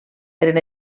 eren